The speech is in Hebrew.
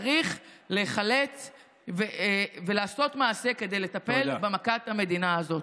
צריך להיחלץ ולעשות מעשה כדי לטפל במכת המדינה הזאת.